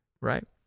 right